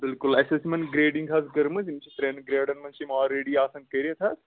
بِلکُل اَسہِ ٲسۍ یمن گرٛیڈنٛگ حظ کٔرمٕژ یم چِھ ترٛین گرٛیڈن منٛزچھ یم آلریڈی آسان کٔرِتھ حظ